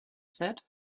said